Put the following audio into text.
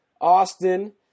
Austin